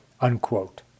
unquote